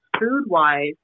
food-wise